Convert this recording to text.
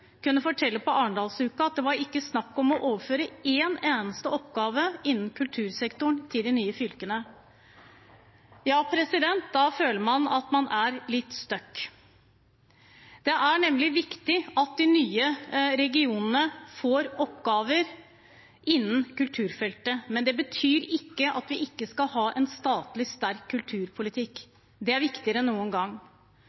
kunne på Arendalsuka fortelle at det ikke var snakk om å overføre en eneste oppgave innen kultursektoren til de nye fylkene. Da føler man at man er litt «stuck». Det er nemlig viktig at de nye regionene får oppgaver innen kulturfeltet, men det betyr ikke at vi ikke skal ha en statlig sterk kulturpolitikk.